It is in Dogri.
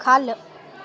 ख'ल्ल